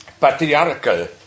patriarchal